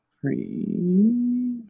three